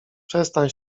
przestań